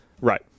Right